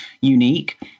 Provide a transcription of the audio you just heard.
unique